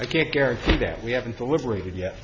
i can't guarantee that we haven't deliberated yet